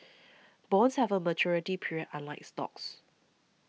bonds have a maturity period unlike stocks